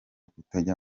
kutajya